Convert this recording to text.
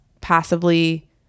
passively